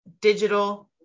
digital